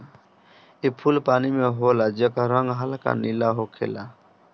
इ फूल पानी में होला जेकर रंग हल्का नीला होखेला